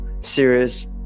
serious